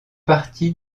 partie